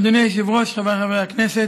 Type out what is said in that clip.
אדוני היושב-ראש, חבריי חברי הכנסת,